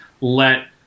let